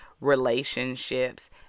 relationships